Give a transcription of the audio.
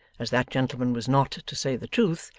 as that gentleman was not, to say the truth,